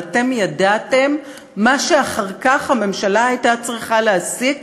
אבל אתם ידעתם מה שאחר כך הממשלה הייתה צריכה להסיק,